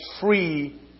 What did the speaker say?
free